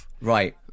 Right